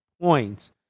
points